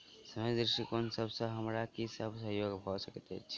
सामाजिक दृष्टिकोण सँ हमरा की सब सहयोग भऽ सकैत अछि?